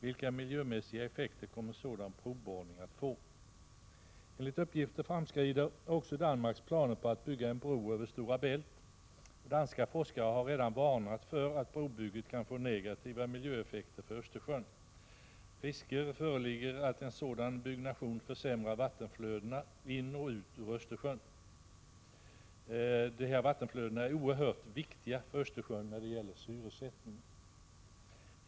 Vilka miljömässiga effekter kommer sådan provborrning att få? Enligt uppgifter framskrider också Danmarks planer på att bygga en bro över Stora Bält. Danska forskare har redan varnat för att provbygget kan få negativa miljöeffekter för Östersjön. Risker föreligger att en sådan byggnation försämrar vattenflödena in och ut ur Östersjön. Dessa vattenflöden är oerhört viktiga för Östersjön när det gäller syresättningen.